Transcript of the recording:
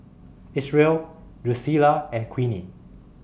Isreal Drucilla and Queenie